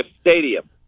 stadium